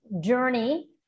journey